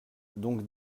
donc